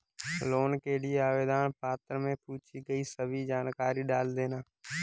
loan के लिए आवेदन पत्र में पूछी गई सभी जानकारी डाल देना